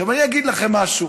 עכשיו, אני אגיד לכם משהו: